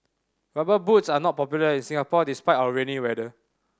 Rubber Boots are not popular in Singapore despite our rainy weather